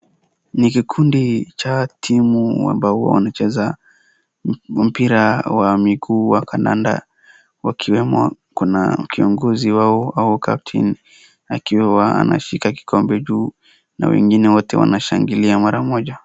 Ni kikundi cha timu ambao wanacheza mpira wa miguu wa kandanda, wakiwemo kuna kiongozi wao au captain , akiwa anashika kikombe juu na wengine wote wanashangilia mara moja.